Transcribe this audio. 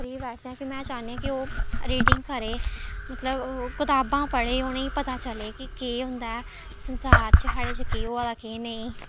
free बैठे दे में चाह्न्ने कि ओह् रीडिंग करे मतलब कताबां पढ़े उ'नेंगी पता चलै कि केह् होंदा ऐ संसार च साढ़े च केह् होआ दा केह् नेईं